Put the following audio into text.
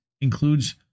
includes